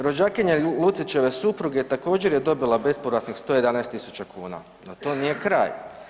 Rođakinja Lucićeve supruge također je dobila bespovratnih 111.000 kuna, no to nije kraj.